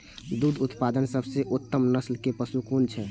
दुग्ध उत्पादक सबसे उत्तम नस्ल के पशु कुन छै?